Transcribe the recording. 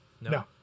No